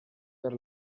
per